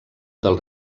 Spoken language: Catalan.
del